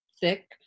thick